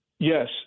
Yes